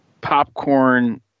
Popcorn